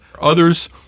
Others